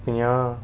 पंजाह्